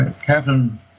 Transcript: Captain